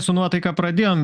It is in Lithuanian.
su nuotaika pradėjom